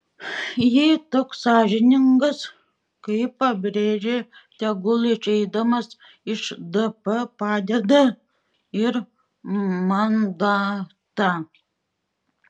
jei toks sąžiningas kaip pabrėžė tegul išeidamas iš dp padeda ir mandatą